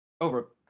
Over